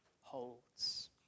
holds